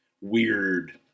weird